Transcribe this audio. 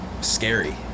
scary